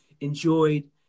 enjoyed